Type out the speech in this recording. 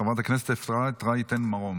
חברת הכנסת אפרת רייטן מרום.